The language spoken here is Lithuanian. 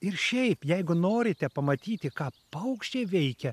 ir šiaip jeigu norite pamatyti ką paukščiai veikia